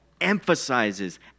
emphasizes